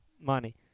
Money